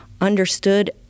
understood